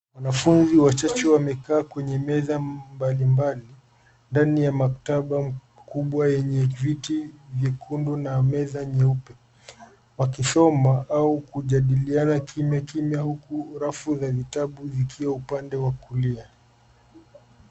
Wanafunzi wachache wamekaa kwenye meza mbalimbali ndani ya maktaba kubwa yenye viti vyekundu na meza nyeupe wakisoma au kujadiliana kimya kimya huku rafu za vitabu zikiwa upande wa kulia.